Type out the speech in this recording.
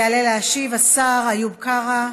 יעלה להשיב השר איוב קרא,